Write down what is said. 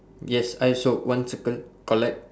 yes I saw one circle correct